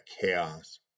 chaos